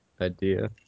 idea